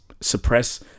suppress